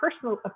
personal